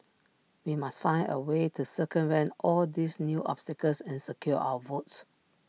we must find A way to circumvent all these new obstacles and secure our votes